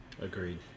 agreed